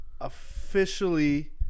officially